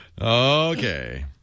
Okay